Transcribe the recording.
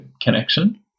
connection